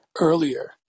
Earlier